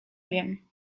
wiem